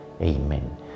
Amen